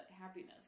happiness